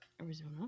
Arizona